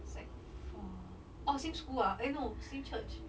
sec~ four oh same school ah eh no same church